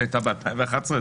שהייתה ב-2011,